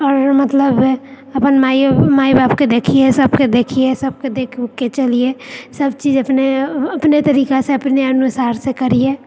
आओर मतलब अपन माइयो माय बाप के देखियै सबके देखियै सबके देख के चलियै सबचीज अपने अपने तरीका सऽ अपने अनुसार से करियै